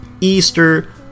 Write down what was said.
Easter